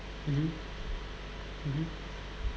mmhmm mmhmm